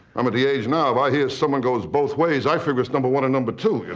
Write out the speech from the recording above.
i'm at the age now if i hear someone goes both ways, i figure it's number one and number two ya